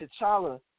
T'Challa